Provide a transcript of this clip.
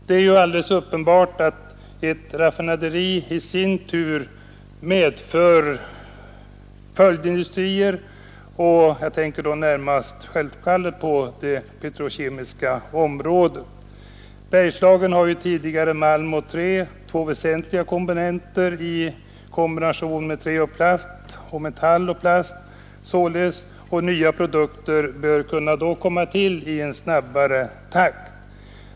Det är ju alldeles uppenbart att ett raffinaderi i sin tur medför följdindustrier — jag tänker då självfallet närmast på det petrokemiska området. Bergslagen har ju tidigare malm och trä, två 57 väsentliga komponenter i kombination med trä och plast och metall och plast, och nya produkter bör komma till i snabbare takt.